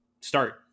start